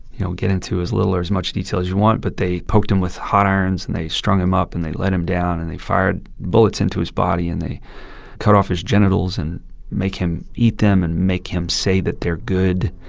you know, get into as little or as much detail as you want, but they poked him with hot irons. and they strung him up, and they let him down. and they fired bullets into his body. and they cut off his genitals and make him eat them and make him say that they're good.